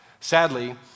Sadly